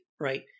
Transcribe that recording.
right